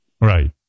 Right